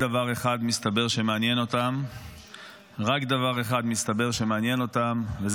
ומסתבר שרק דבר אחד מעניין אותם -- כן,